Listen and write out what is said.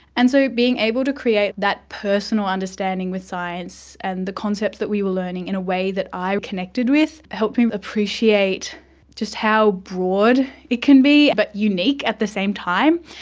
and so being able to create that personal understanding with science and the concepts that we were learning in a way that i connected with helped helped me appreciate just how broad it can be but unique at the same time,